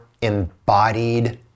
embodied